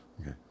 Okay